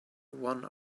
one